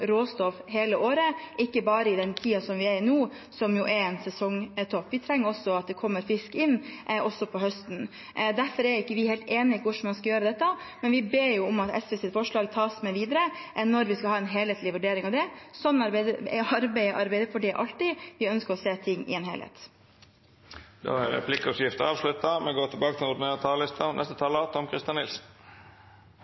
råstoff hele året, ikke bare i den tiden som vi er i nå, som jo er en sesongtopp. Vi trenger at det kommer fisk inn også på høsten. Derfor er ikke vi helt enig i hvordan man skal gjøre dette, men vi ber om at SVs forslag tas med videre når vi skal ha en helhetlig vurdering av det. Sånn arbeider Arbeiderpartiet alltid – vi ønsker å se ting i en helhet. Replikkordskiftet er slutt. Jeg mener at forslagsstillerne her kommer med et forslag som er egnet til å bryte med det ene prinsippet vi